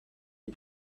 est